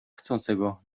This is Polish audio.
chcącego